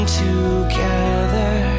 together